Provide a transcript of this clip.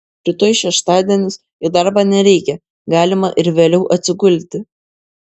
rytoj šeštadienis į darbą nereikia galima ir vėliau atsigulti